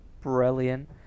brilliant